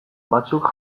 batzuk